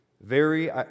Very